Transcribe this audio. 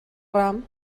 ram